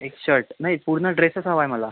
एक शर्ट नाही पूर्ण ड्रेसच हवाय मला